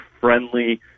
friendly